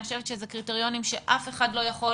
אני חושבת שאלה קריטריונים שאף אחד לא יכול